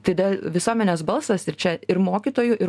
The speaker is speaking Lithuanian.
tada visuomenės balsas ir čia ir mokytojų ir